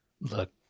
look